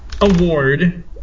award